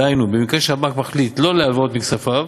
דהיינו, במקרה שהבנק מחליט לא להלוות מכספיו,